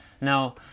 Now